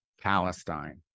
Palestine